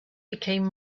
became